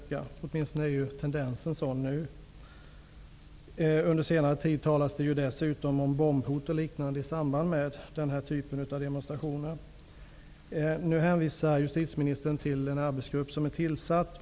Tendensen är åtminstone sådan nu. Under senare tid talas det dessutom om bombhot och liknande i samband med den här typen av demonstrationer. Justitieministern hänvisar till en arbetsgrupp som är tillsatt.